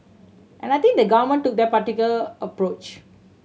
and I think the Government took that particular approach